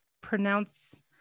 pronounce